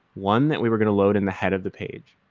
one that we were going to load in the head of the page,